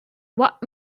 what